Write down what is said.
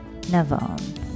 Navone